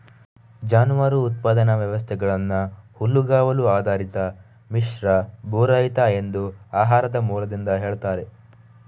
ಜಾನುವಾರು ಉತ್ಪಾದನಾ ವ್ಯವಸ್ಥೆಗಳನ್ನ ಹುಲ್ಲುಗಾವಲು ಆಧಾರಿತ, ಮಿಶ್ರ, ಭೂರಹಿತ ಎಂದು ಆಹಾರದ ಮೂಲದಿಂದ ಹೇಳ್ತಾರೆ